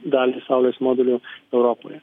dalį saulės modulių europoje